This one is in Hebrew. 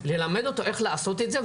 ללמד אותו איך לעשות את זה.